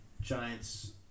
Giants